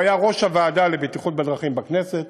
הוא היה ראש הוועדה לבטיחות בדרכים בכנסת,